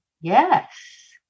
yes